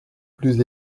plus